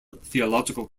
theological